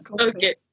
Okay